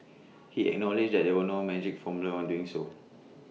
he acknowledged that there were no magic formula doing so